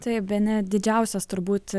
tai bene didžiausias turbūt